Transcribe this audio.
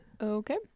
Okay